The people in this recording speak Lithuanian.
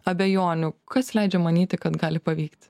abejonių kas leidžia manyti kad gali pavykti